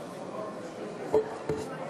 משלחת